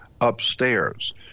upstairs